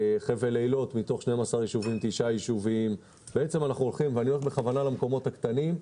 בחבל אילות 9 ישובים מתוך 12. אני הולך בכוונה למקומות הקטנים.